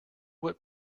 what